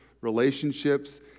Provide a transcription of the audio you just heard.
relationships